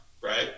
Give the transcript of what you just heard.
right